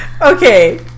Okay